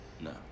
No